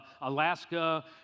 Alaska